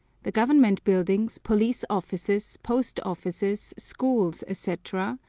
the government buildings, police-offices, post-offices, schools, etc,